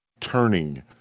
turning